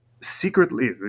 secretly